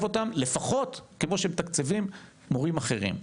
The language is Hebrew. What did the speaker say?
אותם לפחות כמו שמתקצבים מורים אחרים,